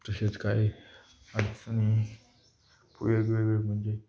तसेच काही अडचणी वेगवेगळे म्हणजे